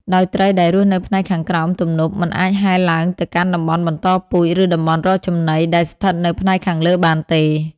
ដោយត្រីដែលរស់នៅផ្នែកខាងក្រោមទំនប់ មិនអាចហែលឡើងទៅកាន់តំបន់បន្តពូជ ឬតំបន់រកចំណីដែលស្ថិតនៅផ្នែកខាងលើបានទេ។